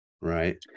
Right